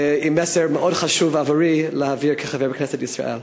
עם מסר מאוד חשוב עבורי להעביר כחבר כנסת ישראל: